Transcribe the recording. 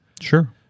Sure